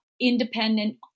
independent